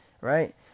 right